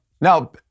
Now